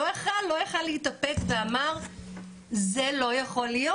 לא יכול היה להתאפק ואמר זה לא יכול להיות.